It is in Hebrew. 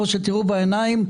שתראו בעיניים.